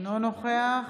אינו נוכח